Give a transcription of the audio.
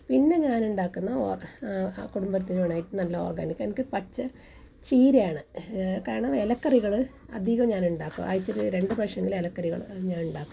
പിന്നെ ഞാൻ ഉണ്ടാക്കുന്ന കുടുംബത്തിന് ഏറ്റവും നല്ല ഓർഗാനിക് എനിക്ക് പച്ച ചീരയാണ് കാരണം ഇല കറികൾ അധികം ഞാൻ ഉണ്ടാക്കും ആഴ്ചയിൽ രണ്ട് പ്രാവശ്യം എങ്കിലും ഇല കറികൾ ഞാൻ ഉണ്ടാക്കും